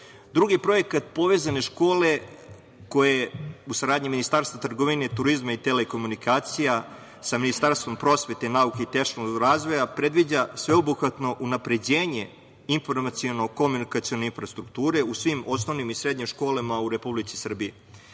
projekat „Povezane škole“ koje u saradnji sa Ministarstvom trgovine, turizma i telekomunikacija, sa Ministarstvom prosvete, nauke i tehnološkog razvoja, predviđa sveobuhvatno unapređenje informaciono-komunikacione infrastrukture u svim osnovnim i srednjim školama u Republici Srbiji. Dakle,